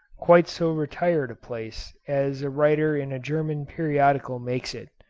quite so retired a place as a writer in a german periodical makes it,